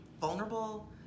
vulnerable